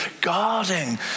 guarding